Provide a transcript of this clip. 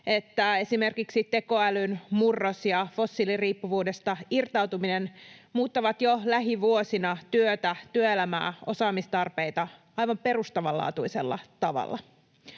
esimerkiksi tekoälyn murros ja fossiiliriippuvuudesta irtautuminen muuttavat jo lähivuosina työtä, työelämää, osaamistarpeita aivan perustavanlaatuisella tavalla.